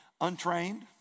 untrained